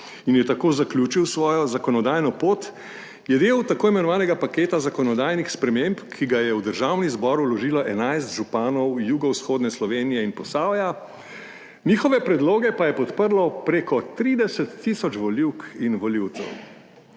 in je tako zaključil svojo zakonodajno pot, je del tako imenovanega paketa zakonodajnih sprememb, ki ga je v Državni zbor vložilo 11 županov jugovzhodne Slovenije in Posavja, njihove predloge pa je podprlo prek 30 tisoč volivk in volivcev.